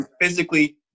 physically